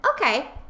Okay